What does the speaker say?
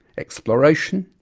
exploration,